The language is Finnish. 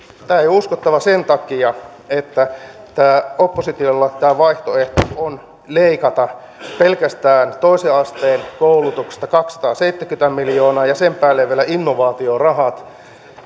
tämä ei ole uskottava sen takia että oppositiolla on tämä vaihtoehto leikata pelkästään toisen asteen koulutuksesta kaksisataaseitsemänkymmentä miljoonaa ja sen päälle vielä innovaatiorahat